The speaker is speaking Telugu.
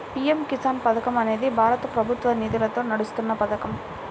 పీ.ఎం కిసాన్ పథకం అనేది భారత ప్రభుత్వ నిధులతో నడుస్తున్న పథకం